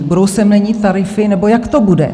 Budou se měnit tarify nebo jak to bude?